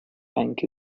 bank